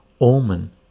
omen